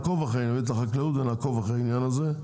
ואת החקלאות ונעקוב אחרי העניין הזה.